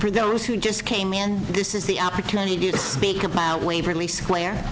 for those who just came in this is the opportunity to speak about